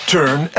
Turn